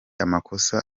amakosa